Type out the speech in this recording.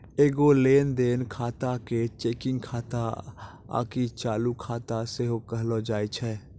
एगो लेन देन खाता के चेकिंग खाता आकि चालू खाता सेहो कहलो जाय छै